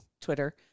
Twitter